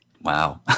Wow